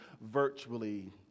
virtually